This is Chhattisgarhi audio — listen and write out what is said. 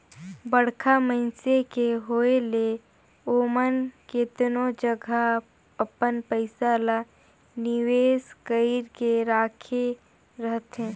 बड़खा मइनसे के होए ले ओमन केतनो जगहा अपन पइसा ल निवेस कइर के राखे रहथें